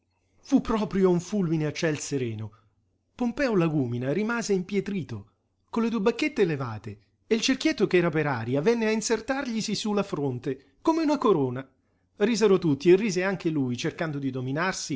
fu proprio un fulmine a ciel sereno pompeo lagúmina rimase impietrito con le due bacchette levate e il cerchietto ch'era per aria venne a insertarglisi su la fronte come una corona risero tutti e rise anche lui cercando di dominarsi